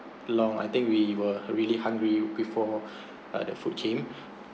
long I think we were really hungry before ah the food came